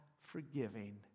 forgiving